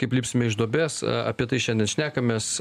kaip lipsime iš duobės apie tai šiandien šnekamės